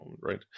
right